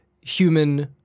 human